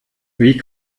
wie